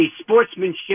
sportsmanship